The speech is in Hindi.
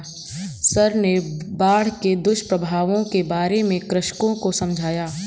सर ने बाढ़ के दुष्प्रभावों के बारे में कृषकों को समझाया